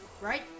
right